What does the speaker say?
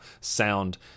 sound